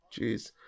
Jeez